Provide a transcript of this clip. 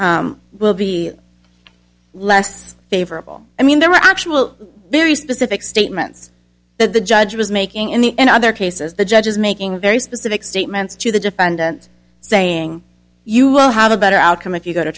will be less favorable i mean there were actual very specific statements that the judge was making in the and other cases the judges making very specific statements to the defendant saying you will have a better outcome if you go to